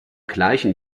gleichen